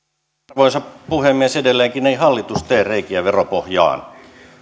arvoisa puhemies edelleenkin ei hallitus tee reikiä veropohjaan tämä